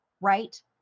right